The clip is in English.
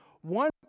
One